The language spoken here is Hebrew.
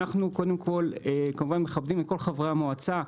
אנחנו קודם כל כמובן מכבדים כל חברי מועצה,